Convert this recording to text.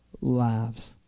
lives